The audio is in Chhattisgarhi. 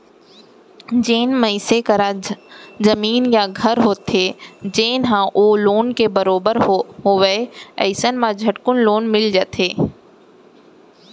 जेन मनसे करा जमीन या घर होथे जेन ह ओ लोन के बरोबर होवय अइसन म झटकुन लोन मिल जाथे